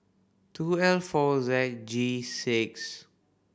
two L four Z G six